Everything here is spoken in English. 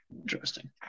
interesting